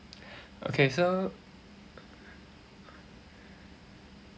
okay so